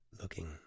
looking